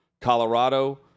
Colorado